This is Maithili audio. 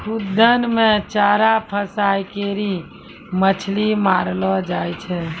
खुद्दन मे चारा फसांय करी के मछली मारलो जाय छै